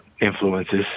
influences